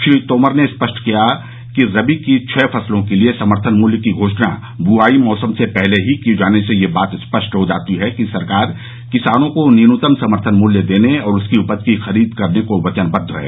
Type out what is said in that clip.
श्री तोमर ने स्पष्ट शब्दों में कहा कि रबी की छह फसलों के लिए समर्थन मूल्य की घोषणा बुआई मौसम से पहले ही किए जाने से यह बात स्पष्ट हो जाती है कि सरकार किसानों को न्यूनतम समर्थन मूल्य देने और उनकी उपज की खरीद करने को वचनबद्व है